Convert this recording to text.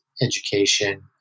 education